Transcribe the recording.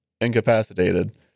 incapacitated